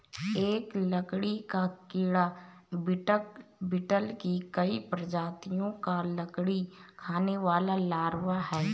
एक लकड़ी का कीड़ा बीटल की कई प्रजातियों का लकड़ी खाने वाला लार्वा है